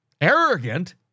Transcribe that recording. arrogant